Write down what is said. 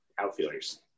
outfielders